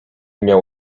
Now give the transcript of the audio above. miał